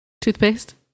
Toothpaste